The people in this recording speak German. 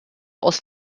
aus